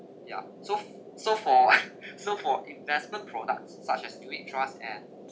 ya so so for so for investment products such as unit trust and